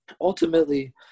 ultimately